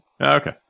Okay